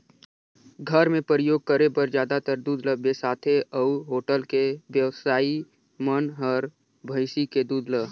घर मे परियोग करे बर जादातर दूद ल बेसाथे अउ होटल के बेवसाइ मन हर भइसी के दूद ल